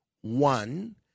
One